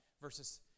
versus